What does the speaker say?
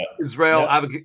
Israel